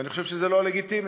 ואני חושב שזה לא לגיטימי.